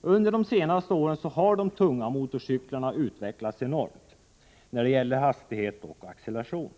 Under de senaste åren har de tunga motorcyklarna utvecklats enormt när det gäller hastighet och acceleration.